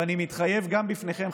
ואני מתחייב גם בפניכם,